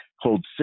hold